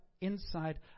inside